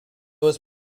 was